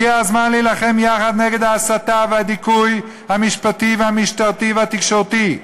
הגיע הזמן להילחם יחד נגד ההסתה והדיכוי המשפטי והמשטרתי והתקשורתי.